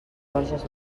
borges